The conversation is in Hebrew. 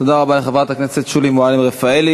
תודה רבה לחברת הכנסת שולי מועלם-רפאלי.